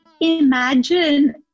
imagine